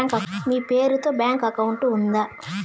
మీ పేరు తో bank account ఉందా?